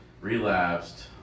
relapsed